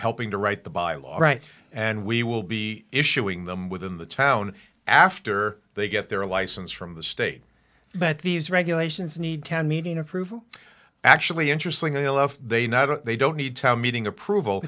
helping to write the by law right and we will be issuing them within the town after they get their license from the state that these regulations need town meeting approval actually interesting mail if they not they don't need town meeting approval